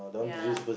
ya